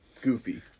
goofy